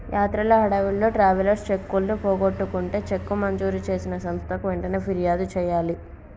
యాత్రల హడావిడిలో ట్రావెలర్స్ చెక్కులను పోగొట్టుకుంటే చెక్కు మంజూరు చేసిన సంస్థకు వెంటనే ఫిర్యాదు చేయాలి